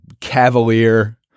cavalier